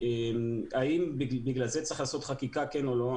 האם בגלל זה צריך לעשות חקיקה, כן או לא?